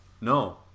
No